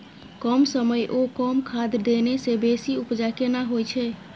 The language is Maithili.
कम समय ओ कम खाद देने से बेसी उपजा केना होय छै?